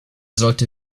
sollte